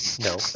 No